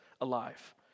alive